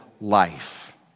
life